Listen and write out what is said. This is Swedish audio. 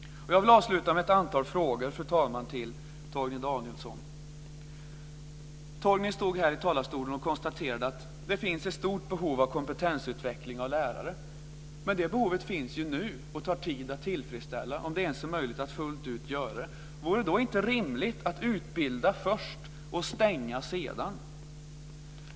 Jag vill ställa ett antal frågor, fru talman, till Torgny stod här i talarstolen och konstaterade att det finns ett stort behov av kompetensutveckling av lärare. Men det behovet finns nu och tar tid att tillfredsställa om det ens är möjligt att fullt ut göra det. Vore det då inte rimligt att utbilda först och stänga sedan?